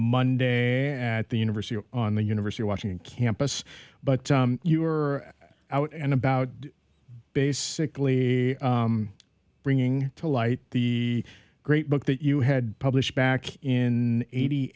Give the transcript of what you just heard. monday at the university on the university of washington campus but you were out and about basically bringing to light the great book that you had published back in eighty